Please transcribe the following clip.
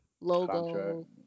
logo